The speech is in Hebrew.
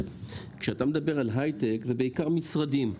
כשאתה מדבר על הייטק, זה בעיקר משרדים.